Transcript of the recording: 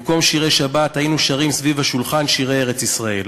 במקום שירי שבת היינו שרים סביב השולחן שירי ארץ-ישראל.